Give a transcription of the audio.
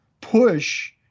push